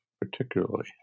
particularly